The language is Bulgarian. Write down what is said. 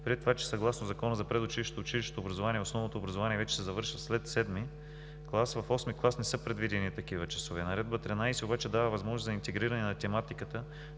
Предвид това, че съгласно Закона за предучилищното и училищното образование, основното образование вече се завършва след VII клас, в VIII клас не са предвидени такива часове. Наредба № 13 обаче дава възможност за интегриране на тематиката